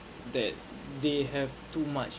that they have too much